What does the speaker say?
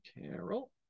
Carol